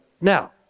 Now